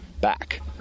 back